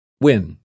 Win